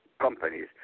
companies